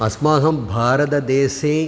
अस्माकं भारतदेशे